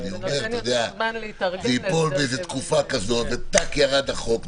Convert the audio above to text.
אבל אולי זה ייפול באיזו תקופה כזאת ואז תק ירד החוק,